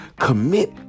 commit